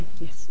yes